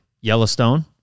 Yellowstone